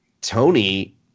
Tony